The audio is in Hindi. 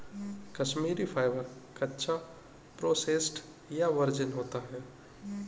कश्मीरी फाइबर, कच्चा, प्रोसेस्ड या वर्जिन होता है